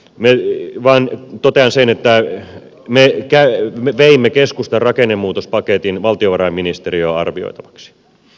minä vain totean sen että me veimme keskustan rakennemuutospaketin valtiovarainministeriöön arvioitavaksi